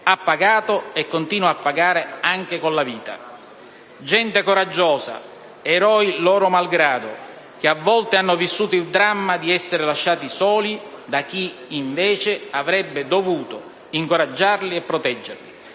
ha pagato (e continua a pagare) anche con la vita. Gente coraggiosa, eroi loro malgrado, che a volte hanno vissuto il dramma di essere lasciati soli da chi, invece, avrebbe dovuto incoraggiarli e proteggerli.